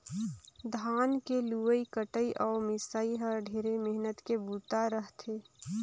धान के लुवई कटई अउ मिंसई ह ढेरे मेहनत के बूता रह थे